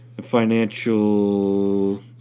financial